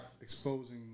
exposing